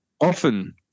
often